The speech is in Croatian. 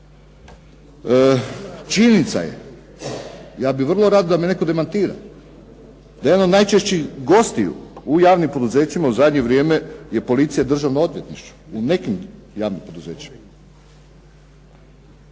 Činjenica je, ja bih vrlo rado da me netko demantira, da je jedan najčešćih gostiju u javnim poduzećima u zadnje vrijeme je policija, Državno odvjetništvo. U nekim javnim poduzećima.